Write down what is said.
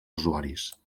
usuaris